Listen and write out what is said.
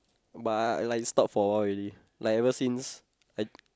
but I I like stop for awhile already like ever since I